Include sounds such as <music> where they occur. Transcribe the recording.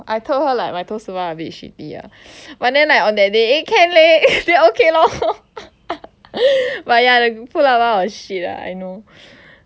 I told her like my toes to bar a bit shitty ya but then like on that day can leh then okay lor <laughs> but ya the pull up bar was shit ah I know